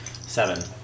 Seven